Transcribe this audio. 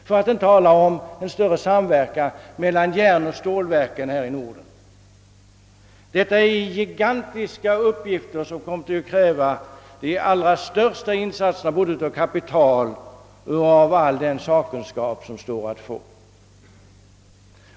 Det skulle också vara önskvärt med en ökad samverkan mellan järnoch stålverken här i Norden. Detta är gigantiska uppgifter, som kommer att kräva de allra största insatser både av kapital och av all den sakkunskap som står till buds.